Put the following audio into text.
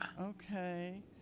okay